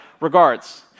regards